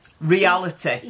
Reality